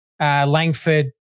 Langford